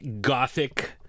gothic